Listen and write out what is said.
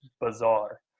bizarre